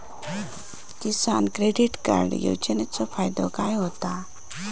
किसान credit card योजनेचो फायदो काय होता?